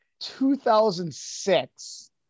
2006